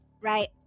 right